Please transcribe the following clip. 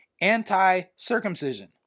anti-circumcision